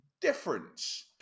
difference